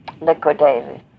liquidated